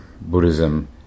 Buddhism